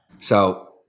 So-